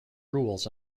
rules